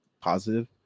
positive